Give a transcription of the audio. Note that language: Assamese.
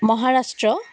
মহাৰাষ্ট্ৰ